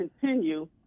continue